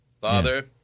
Father